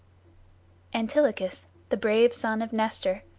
antilochus, the brave son of nestor,